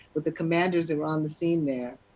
but the commanders that were on the scene there.